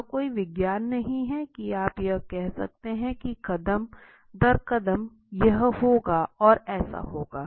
यह कोई विज्ञान नहीं है कि आप यह कह सकते हैं कि कदम दर कदम यह होगा और ऐसे होगा